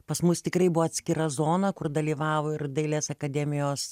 pas mus tikrai buvo atskira zona kur dalyvavo ir dailės akademijos